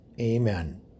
Amen